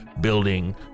building